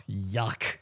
yuck